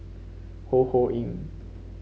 Ho Ho Ying